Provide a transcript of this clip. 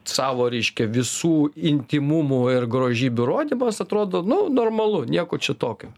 savo reiškia visų intymumų ir grožybių rodymas atrodo nu normalu nieko čia tokio